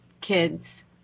kids